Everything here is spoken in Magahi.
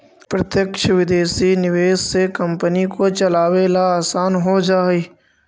प्रत्यक्ष विदेशी निवेश से कंपनी को चलावे ला आसान हो जा हई